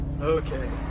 okay